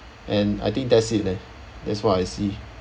and I think that's it leh that's what I see